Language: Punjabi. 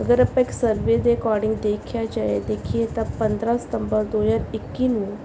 ਅਗਰ ਆਪਾਂ ਇੱਕ ਸਰਵੇ ਦੇ ਅਕੋਰਡਿੰਗ ਦੇਖਿਆ ਜਾਏ ਦੇਖੀਏ ਤਾਂ ਪੰਦਰ੍ਹਾਂ ਸਤੰਬਰ ਦੋ ਹਜ਼ਾਰ ਇੱਕੀ ਨੂੰ